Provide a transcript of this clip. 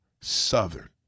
Southern